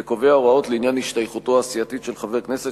וקובע הוראות לעניין השתייכותו הסיעתית של חבר כנסת